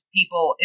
people